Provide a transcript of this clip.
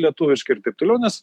lietuviškai ir taip toliau nes